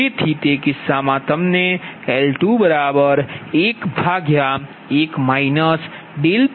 તેથી તે કિસ્સામાં તમને L211 PLossPg21